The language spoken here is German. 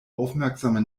aufmerksame